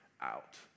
out